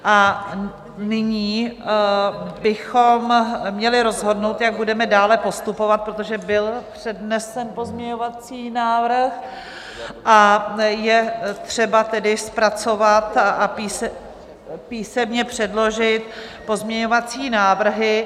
A nyní bychom měli rozhodnout, jak budeme dále postupovat, protože byl přednesen pozměňovací návrh, a je třeba tedy zpracovat a písemně předložit pozměňovací návrhy.